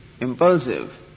impulsive